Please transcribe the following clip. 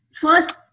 first